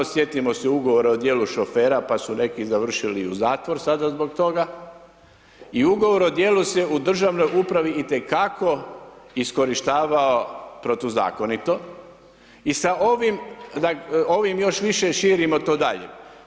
Sjetimo se Ugovora o djelu šofera, pa su neki završili i u zatvor sada zbog toga i Ugovor o djelu se u državnoj upravi itekako iskorištavao protuzakonito i sa ovim još više širimo to dalje.